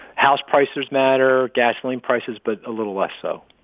house prices matter gasoline prices but a little less so.